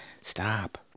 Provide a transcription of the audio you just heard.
stop